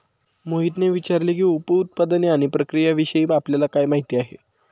मोहितने विचारले की, उप उत्पादने आणि प्रक्रियाविषयी आपल्याला काय माहिती आहे?